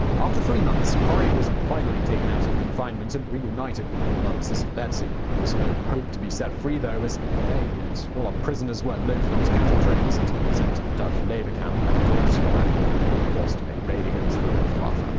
after three months corrie was finally taken out of confinement and reunited with her beloved sister betsie. there was no hope to be set free, though, as they and all other prisoners were loaded onto cattle trains and sent to the dutch labour camp of vught, where they were forced to make radios for the luftwaffe.